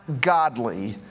godly